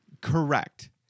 Correct